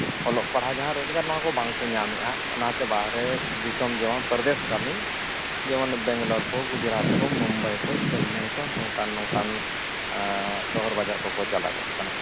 ᱚᱞᱚᱜ ᱯᱟᱲᱦᱟᱣ ᱡᱟᱦᱟᱸ ᱨᱳᱡᱽᱜᱟᱨ ᱱᱚᱣᱟ ᱠᱚ ᱵᱟᱝᱠᱚ ᱧᱟᱢᱮᱫᱼᱟ ᱚᱱᱟᱛᱮ ᱵᱟᱦᱨᱮ ᱫᱤᱥᱚᱢ ᱡᱮᱢᱚᱱ ᱯᱨᱚᱫᱮᱥ ᱠᱟᱹᱢᱤ ᱡᱮᱢᱚᱱ ᱵᱮᱝᱜᱟᱞᱳᱨ ᱠᱚ ᱜᱩᱡᱽᱨᱟᱴ ᱠᱚ ᱢᱩᱢᱵᱟᱭ ᱠᱚ ᱪᱮᱱᱱᱟᱭ ᱠᱚ ᱱᱚᱝᱠᱟᱱ ᱱᱚᱝᱠᱟᱱ ᱥᱚᱦᱚᱨ ᱵᱟᱡᱟᱨ ᱠᱚᱠᱚ ᱪᱟᱞᱟᱜ ᱠᱟᱱᱟ